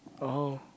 oh